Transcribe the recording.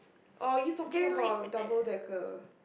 or are you talking about double decker